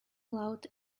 allowed